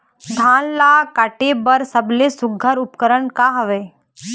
धान ला काटे बर सबले सुघ्घर उपकरण का हवए?